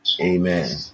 Amen